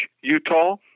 Utah